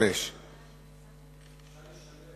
25). יש עוד